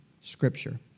Scripture